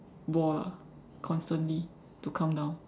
wall lah constantly to come down